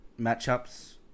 matchups